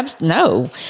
No